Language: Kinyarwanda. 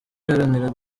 iharanira